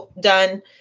done